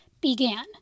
began